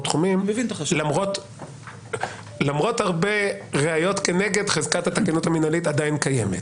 תחומים למרות הרבה ראיות כנגד חזקת התקינות המינהלית שעדיין קיימת.